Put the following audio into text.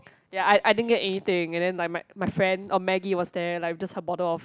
ya I I didn't get anything and then like my my friend uh Maggie was there like just her bottle of